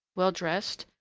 well dressed,